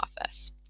office